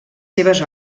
seves